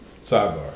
Sidebar